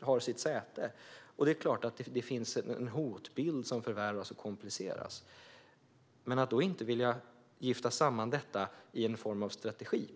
har sitt säte. Det är klart att det finns en hotbild som förvärras och kompliceras. Då begriper jag inte motståndet mot att gifta samman detta i form av en strategi.